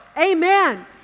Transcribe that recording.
Amen